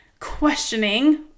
questioning